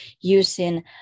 using